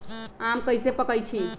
आम कईसे पकईछी?